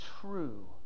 true